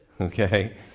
Okay